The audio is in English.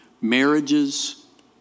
marriages